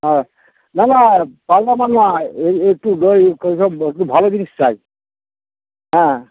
হ্যাঁ না না পারলাম আর নয় এই একটু এই সব একটু ভালো জিনিস চাই হ্যাঁ